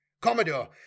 Commodore